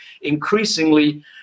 Increasingly